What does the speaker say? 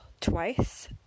twice